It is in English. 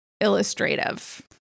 illustrative